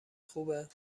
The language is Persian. خوبه